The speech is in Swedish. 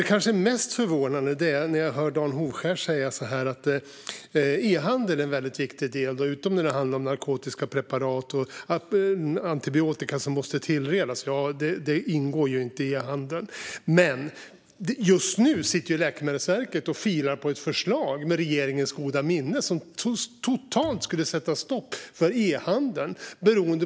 Det kanske mest förvånande är att höra Dan Hovskär säga att e-handel är en viktig del, utom när det gäller narkotiska preparat och antibiotika som måste tillredas. De ingår ju inte i e-handeln. Men just nu sitter Läkemedelsverket och filar, med regeringens goda minne, på ett förslag som skulle sätta totalt stopp för e-handeln.